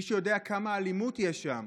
מי שיודע כמה אלימות יש שם.